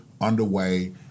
underway